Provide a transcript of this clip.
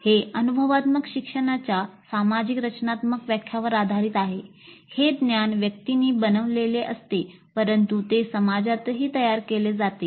हे अनुभवात्मक शिक्षणाच्या सामाजिक रचनात्मक व्याख्यावर आधारित आहे हे ज्ञान व्यक्तींनी बनवलेले असते परंतु ते समाजातही तयार केले जाते